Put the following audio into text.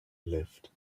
lived